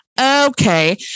Okay